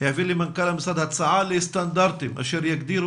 למנכ"ל המשרד הצעה לסטנדרטים אשר יגדירו